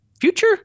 Future